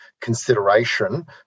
consideration